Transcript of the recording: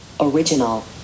original